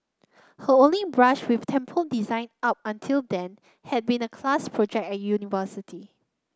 her only brush with temple design up until then had been a class project at university